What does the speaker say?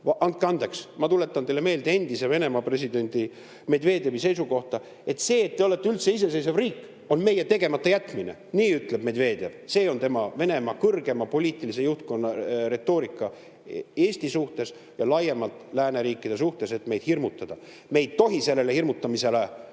Andke andeks, ma tuletan teile meelde endise Venemaa presidendi Medvedevi seisukohta: see, et te olete üldse iseseisev riik, on meie tegematajätmine. Nii ütles Medvedev, selline on tema ja Venemaa kõrgema poliitilise juhtkonna retoorika Eesti suhtes ja laiemalt lääneriikide suhtes, et meid hirmutada. Me ei tohi sellele hirmutamisele